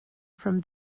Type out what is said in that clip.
from